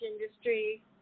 industry